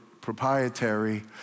proprietary